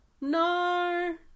No